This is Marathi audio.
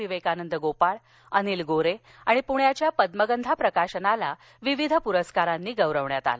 विवेकानंद गोपाळ आणि अनिल गोरे आणि पुण्याच्या पद्मगंधा प्रकाशनाला विविध पुरस्कारांनी गौरवण्यात आलं